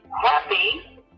happy